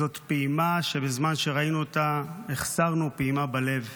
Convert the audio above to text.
זאת פעימה שבזמן שראינו אותה, החסרנו פעימה בלב.